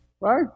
Right